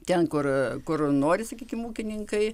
ten kur kur nori sakykim ūkininkai